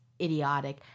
idiotic